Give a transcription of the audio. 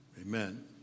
Amen